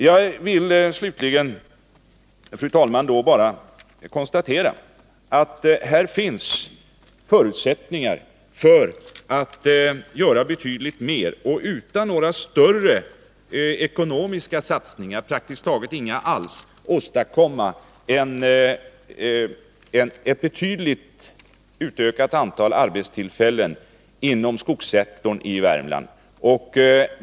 Jag vill slutligen, fru talman, konstatera att det finns förutsättningar för att praktiskt taget utan några ytterligare ekonomiska satsningar betydligt utöka antalet arbetstillfällen inom skogssektorn i Värmland.